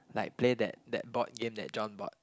like play that that board game that John bought